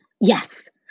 Yes